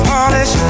Polish